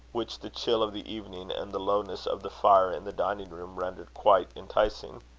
which the chill of the evening, and the lowness of the fire in the dining-room, rendered quite enticing.